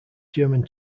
german